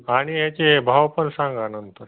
आणि याचे भाव पण सांगा नंतर